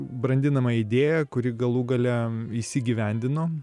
brandinama idėja kuri galų gale įsigyvendino